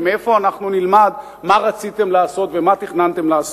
כי מאיפה אנחנו נלמד מה רציתם לעשות ומה תכננתם לעשות?